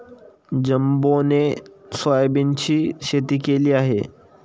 जंबोने सोयाबीनची शेती केली आहे